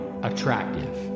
Attractive